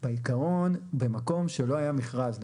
בעיקרון במקום שלא היה מכרז,